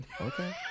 Okay